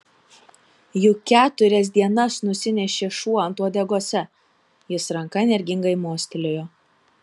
juk keturias dienas nusinešė šuo ant uodegose jis ranka energingai mostelėjo